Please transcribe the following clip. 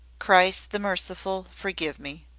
christ the merciful, forgive me!